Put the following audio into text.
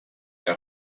que